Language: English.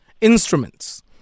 instruments